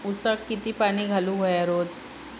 ऊसाक किती पाणी घालूक व्हया रोज?